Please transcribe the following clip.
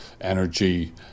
energy